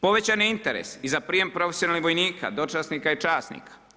Povećan je interes i za prijem profesionalnih vojnika, dočasnika i časnika.